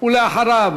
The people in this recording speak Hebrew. ואחריו